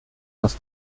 aus